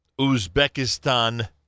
Uzbekistan